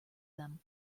them